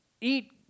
eat